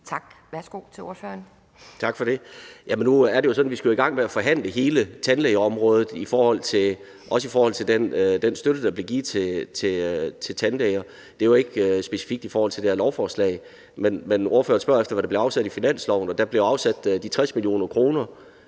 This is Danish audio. Peder Hvelplund (EL): Tak for det. Nu er det jo sådan, at vi skal i gang med at forhandle hele tandlægeområdet også i forhold til den støtte, der bliver givet til tandlæger, og det er jo ikke specifikt i forhold til det her lovforslag. Men ordføreren spørger efter, hvad der er blevet afsat i finansloven. Der er blevet afsat de 60 mio. kr.